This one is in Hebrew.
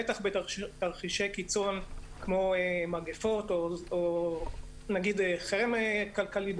בטח בתרחישי קיצון כמו מגפות או חרם כלכלי,